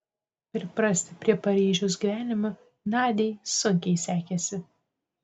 priprasti prie paryžiaus gyvenimo nadiai sunkiai sekėsi